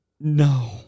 No